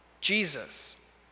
Jesus